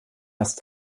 ist